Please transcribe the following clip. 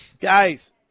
guys